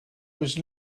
was